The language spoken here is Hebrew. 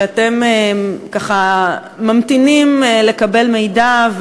שאתם ממתינים לקבל מידע,